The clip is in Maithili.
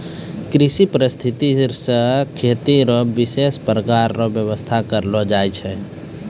कृषि परिस्थितिकी से खेती रो विशेष प्रकार रो व्यबस्था करलो जाय छै